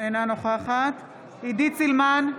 אינה נוכחת עידית סילמן,